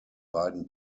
beiden